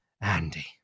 Andy